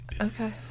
Okay